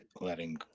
letting